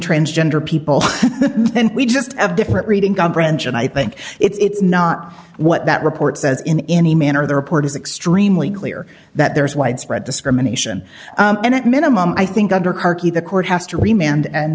transgender people and we just have different reading comprehension i think it's not what that report says in any manner the report is extremely clear that there is widespread discrimination and at minimum i think under harkey the court has to remain and